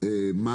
מה